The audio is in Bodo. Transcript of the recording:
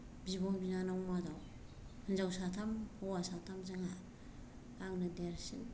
बिब' बिनानावनि मादाव हिनजाव साथाम हौवा साथाम जोंहा आंनो देरसिन